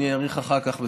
ואאריך אחר כך.